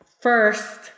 first